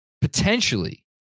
potentially